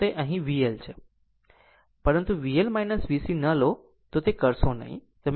અહીં તે VL છે પરંતુ VL VC ન લો તે કરશો નહીં